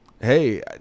hey